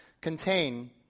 contain